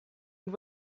and